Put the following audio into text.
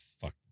fuck